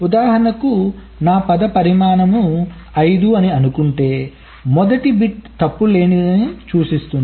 ఉదాహరణకు నా పద పరిమాణం 5 అని అనుకుంటే మొదటి బిట్ తప్పు లేనిదని సూచిస్తుంది